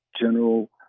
General